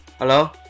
Hello